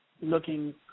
looking